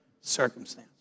circumstance